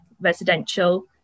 residential